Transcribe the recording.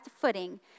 footing